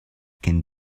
can